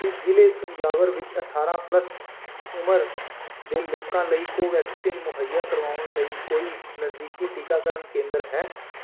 ਕੀ ਜ਼ਿਲ੍ਹੇ ਤੰਜਾਵੁਰ ਵਿੱਚ ਅਠਾਰ੍ਹਾਂ ਪਲੱਸ ਉਮਰ ਦੇ ਲੋਕਾਂ ਲਈ ਕੋਵੈਕਸਿਨ ਮੁਹੱਈਆ ਕਰਵਾਉਣ ਲਈ ਕੋਈ ਨਜ਼ਦੀਕੀ ਟੀਕਾਕਰਨ ਕੇਂਦਰ ਹੈ